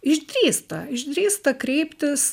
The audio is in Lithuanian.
išdrįsta išdrįsta kreiptis